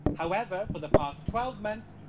however, for the past twelve months,